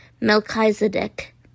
Melchizedek